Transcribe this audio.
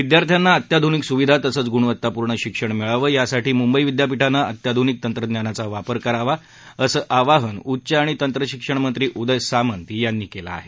विदयार्थ्यांना अत्याध्निक सुविधा तसंच गुणवतापूर्णक शिक्षण मिळावं यासाठी मुंबई विद्यापीठानं अत्याध्निक तंत्रज्ञानाचा वापर करावा असं आवाहन उच्च आणि तंत्र शिक्षणमंत्री उदय सामंत यांनी केलं आहे